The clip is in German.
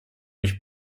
ich